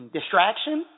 Distraction